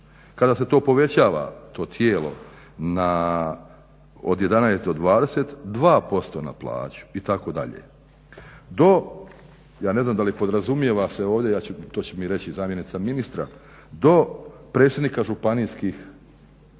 Kada se to povećava to tijelo od 11 do 22% na plaću itd. To ja ne znam da li podrazumijeva se ovdje, to će mi reći zamjenica ministra do predsjednika županijskih,